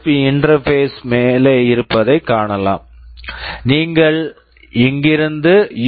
B interface USB interface மேலே இருப்பதைக் காணலாம் இங்கிருந்து நீங்கள் யூ